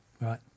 Right